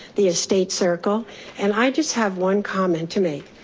the estate circle and i just have one comment to make,